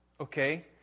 okay